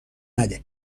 نده